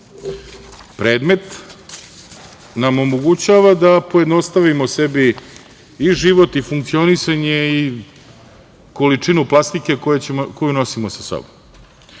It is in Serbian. predmet nam omogućava da pojednostavimo sebi i život i funkcionisanje i količinu plastike koju nosimo sa sobom. Ono